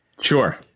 Sure